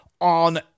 on